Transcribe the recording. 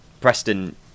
Preston